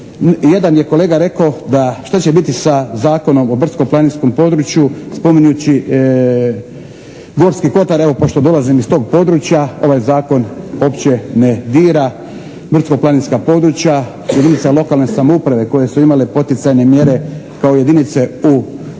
Jedan je kolega rekao da što će biti sa Zakonom o brdsko-planinskom području spominjući Gorski kotar. Evo pošto dolazim iz tog područja ovaj zakon uopće ne dira brdsko-planinska područja, jedinice lokalne samouprave koje su imale poticajne mjere kao jedinice u